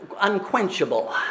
unquenchable